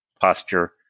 posture